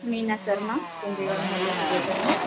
मीना शर्मा गोमती वार मोहल्ले से बोल रही हूँ